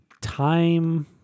time